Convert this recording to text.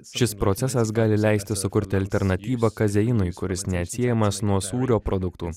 šis procesas gali leisti sukurti alternatyvą kazeinui kuris neatsiejamas nuo sūrio produktų